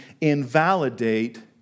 invalidate